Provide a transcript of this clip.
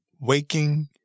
waking